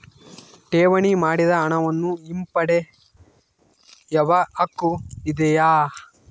ಠೇವಣಿ ಮಾಡಿದ ಹಣವನ್ನು ಹಿಂಪಡೆಯವ ಹಕ್ಕು ಇದೆಯಾ?